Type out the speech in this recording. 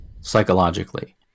Psychologically